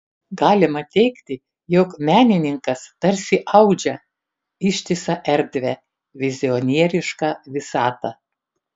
galima teigti jog menininkas tarsi audžia ištisą erdvę vizionierišką visatą